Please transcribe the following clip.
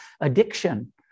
addiction